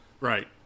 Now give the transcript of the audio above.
Right